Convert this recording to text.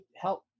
help